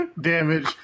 damage